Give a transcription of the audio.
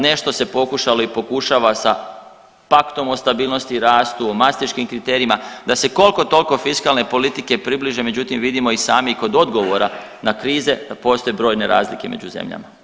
Nešto se pokušalo i pokušava sa paktom o stabilnosti i rastu o Mastriškim kriterijima da se koliko toliko fiskalne politike približe međutim vidimo i sami kod odgovora na krize postoje brojne razlike među zemljama.